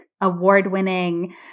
award-winning